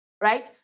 right